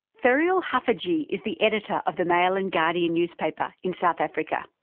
ferial haffajee is the editor of the mail and guardian newspaper in south africa.